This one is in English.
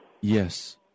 yes